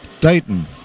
Dayton